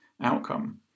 outcome